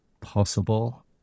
possible